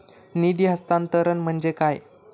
निधी हस्तांतरण म्हणजे काय?